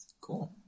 Cool